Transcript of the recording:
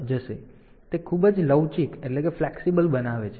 તેથી તે ખૂબ જ લવચીક બનાવે છે